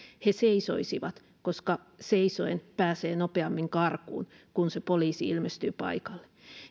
he seisoisivat koska seisoen pääsee nopeammin karkuun kun se poliisi ilmestyy paikalle